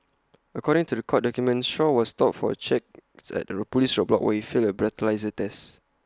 according to The Court documents Shaw was stopped for checks at A Police roadblock where failed A breathalyser test